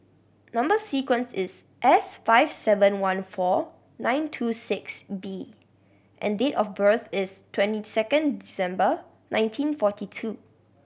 number sequence is S five seven one four nine two six B and date of birth is twenty second December nineteen forty two